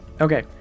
Okay